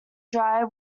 dry